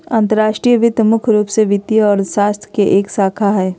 अंतर्राष्ट्रीय वित्त मुख्य रूप से वित्तीय अर्थशास्त्र के एक शाखा हय